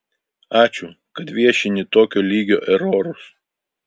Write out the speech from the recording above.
ačiū kad viešini tokio lygio erorus